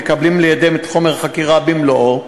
המקבלים לידיהם את חומר החקירה במלואו,